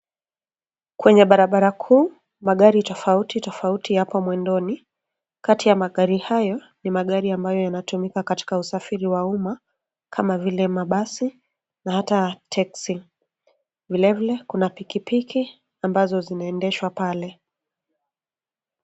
Kwenye barabara kuu, magari tofauti tofauti yapo mwendoni. Kati ya magari hayo, ni magari ambayo yanatumika katika usafiri wa umma kama vile mabasi na hata teksi. Vilevile kuna pikipiki ambazo zinaendeshwa pale.